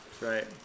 Right